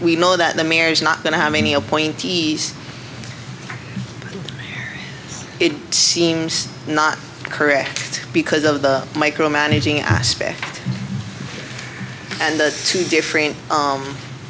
we know that the marriage is not going to have any appointees it seems not correct because of the micromanaging aspect and the two different